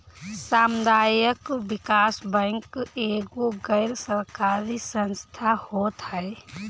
सामुदायिक विकास बैंक एगो गैर सरकारी संस्था होत हअ